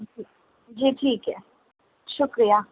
جی ٹھیک ہے شکریہ